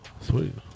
Sweet